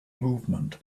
movement